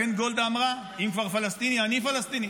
לכן גולדה אמרה: אם כבר פלסטינים, אני פלסטינית.